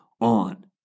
on